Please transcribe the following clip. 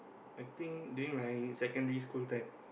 I think during my secondary school time